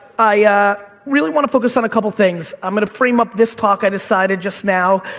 i really wanna focus on a couple of things. i'm gonna frame up this talk, i decided just now,